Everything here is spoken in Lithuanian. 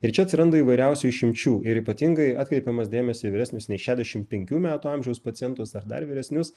ir čia atsiranda įvairiausių išimčių ir ypatingai atkreipiamas dėmesį į vyresnius nei šešiasdešim penkių metų amžiaus pacientus ar dar vyresnius